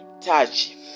touch